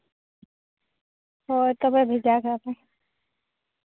ᱦᱳᱭ ᱛᱚᱵᱮ ᱵᱷᱮᱡᱟ ᱠᱟᱭ ᱢᱮ